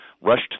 rushed